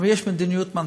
אבל יש מדיניות מנכ"ל.